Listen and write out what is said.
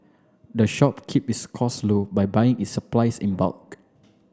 the shop keep its cost low by buying its supplies in bulk